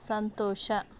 ಸಂತೋಷ